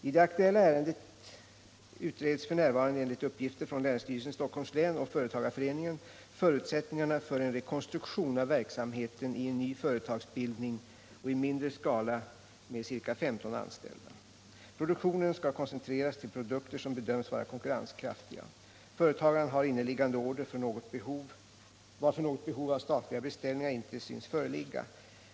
I det aktuella ärendet utreds f. n., enligt uppgifter från länsstyrelsen i Stockholms län och företagareföreningen, förutsättningarna för en rekonstruktion av verksamheten i en ny företagsbildning och i mindre skala, med ca 15 anställda. Produktionen skall koncentreras till produkter som bedöms vara konkurrenskraftiga. Företagaren har inneliggande order varför något behov av statliga beställningar inte synes föreligga.